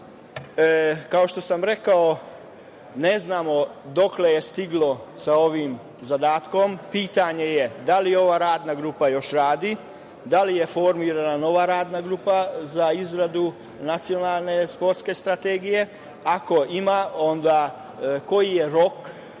što sam rekao, ne znamo dokle se stiglo sa ovim zadatkom. Pitanje je – da li ova radna grupa još radi, da li je formirana nova radna grupa za izradu nacionalne sportske strategije? Ako jeste, onda koji je